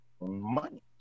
money